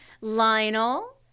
Lionel